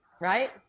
right